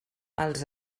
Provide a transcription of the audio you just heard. els